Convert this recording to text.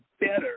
better